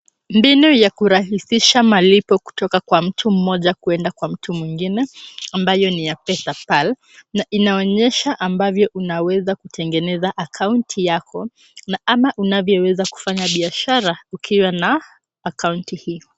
Mbinu ya kurahisisha malipo kutoka kwa mtu mmoja kuenda kwa mtu mwingine ambayo ni ya Pesapal na inaonyesha ambavyo unaweza kutengeneza akaunti yako na ama unavyoweza kufanya biashara ukiwa na akaunti hii.